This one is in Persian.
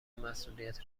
مسئولیت